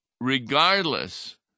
regardless